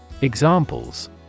Examples